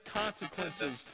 consequences